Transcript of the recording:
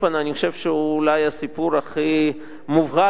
אני חושב שהוא אולי הסיפור הכי מובהק כדי